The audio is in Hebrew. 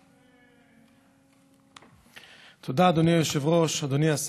תודה, אדוני היושב-ראש.